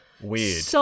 weird